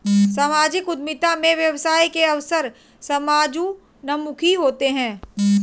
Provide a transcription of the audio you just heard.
सामाजिक उद्यमिता में व्यवसाय के अवसर समाजोन्मुखी होते हैं